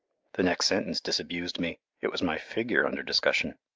the next sentence disabused me it was my figure under discussion.